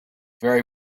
very